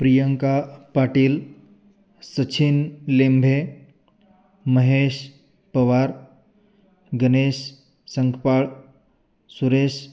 Priyanka Patil Sachin Limbhe Mahesh Pawar Ganesh Sankpal Suresh